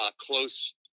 close